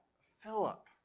Philip